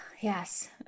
Yes